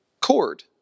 cord